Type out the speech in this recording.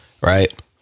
right